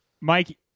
Mike